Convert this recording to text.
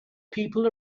people